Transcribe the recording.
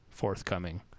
forthcoming